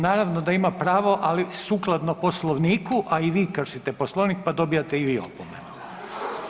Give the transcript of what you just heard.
Naravno da ima pravo ali sukladno Poslovniku, a i vi kršite Poslovnik pa dobijate i vi opomenu.